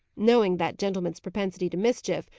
knowing that gentleman's propensity to mischief,